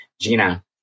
Gina